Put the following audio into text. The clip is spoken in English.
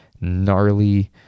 gnarly